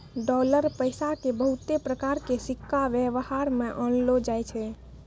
dollar पैसा के बहुते प्रकार के सिक्का वेवहार मे आनलो जाय छै